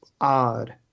odd